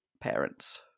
parents